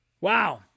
wow